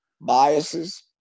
biases